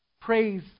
praise